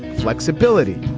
flexibility,